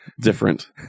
different